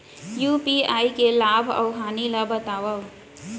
UPI के लाभ अऊ हानि ला बतावव